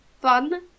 fun